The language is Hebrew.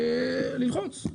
אני מבקש ללחוץ.